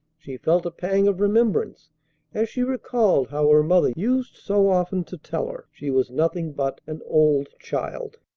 she felt a pang of remembrance as she recalled how her mother used so often to tell her she was nothing but an old child.